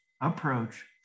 approach